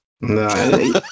No